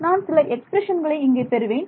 நான் சில எக்ஸ்பிரஷன்களை இங்கே பெறுவேன்